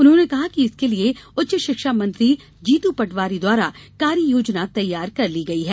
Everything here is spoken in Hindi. उन्होंने कहा कि इसके लिए उच्च शिक्षा मंत्री जीतू पटवारी द्वारा कार्ययोजना तैयार कर ली गयी है